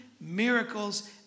miracles